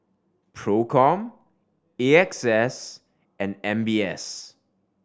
Procom A X S and M B S